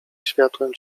światłem